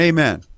Amen